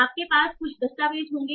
आपके पास कुछ दस्तावेज होंगे